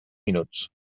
minuts